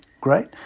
great